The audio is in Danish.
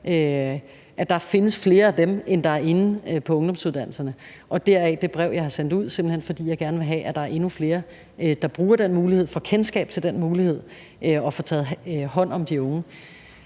at der findes flere af dem, end der er inde på ungdomsuddannelserne, og derfor har jeg sendt det brev ud, fordi jeg gerne vil have, at der er endnu flere, der bruger den mulighed, får kendskab til den mulighed, så der bliver taget hånd om de unge.